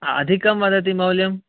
अ अधिकं वदति मौल्यम्